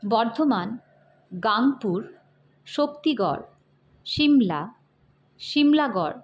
Bardhaman Gangpur Shaktigarh Shimla Shimlagarh